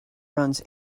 runs